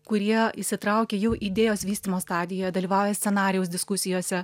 kurie įsitraukia jau idėjos vystymo stadijoje dalyvauja scenarijaus diskusijose